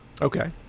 Okay